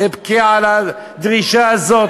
אבכה על הדרישה הזאת.